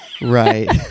Right